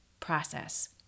process